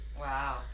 wow